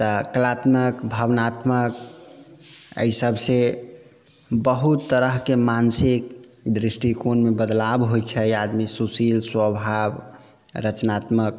तऽ कलात्मक भावनात्मक अइसबसँ बहुत तरहके मानसिक दृष्टिकोणमे बदलाव होइ छै आदमी सुशील स्वभाव रचनात्मक